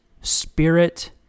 spirit